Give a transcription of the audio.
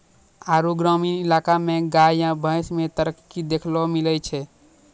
आरु ग्रामीण इलाका मे गाय या भैंस मे तरक्की देखैलै मिलै छै